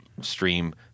stream